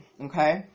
okay